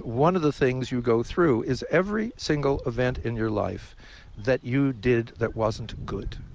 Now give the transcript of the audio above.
one of the things you go through is every single event in your life that you did that wasn't good,